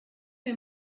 mir